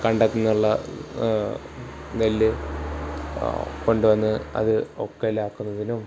കണ്ടത്തിൽ നിന്നുള്ള നെല്ല് കൊണ്ടുവന്ന് അത് ഒക്കെ ഇതിലാക്കുന്നതിനും